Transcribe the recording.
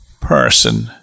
person